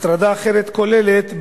הטרדה אחרת כוללת,